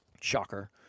Shocker